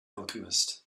alchemist